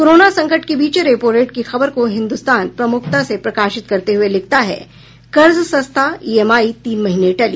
corona संकट के बीच रेपो रेट की खबर को हिन्दुस्तान प्रमुखता से प्रकाशित करते हुये लिखता है कर्ज सस्ता ईएमआई तीन महीने टली